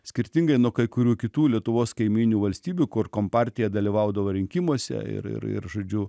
skirtingai nuo kai kurių kitų lietuvos kaimynių valstybių kur kompartija dalyvaudavo rinkimuose ir ir ir žodžiu